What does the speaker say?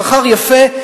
שכר יפה,